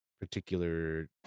particular